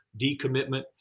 decommitment